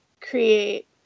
create